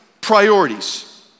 priorities